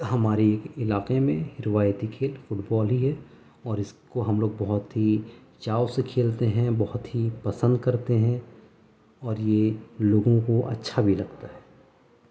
ہمارے علاقے میں روایتی کھیل فٹ بال ہی ہے اور اس کو ہم لوگ بہت ہی چاؤ سے کھیلتے ہیں بہت ہی پسند کرتے ہیں اور یہ لوگوں کو اچھا بھی لگتا ہے